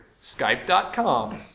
Skype.com